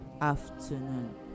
afternoon